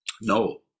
No